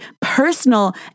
personal